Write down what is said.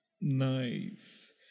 Nice